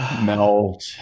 melt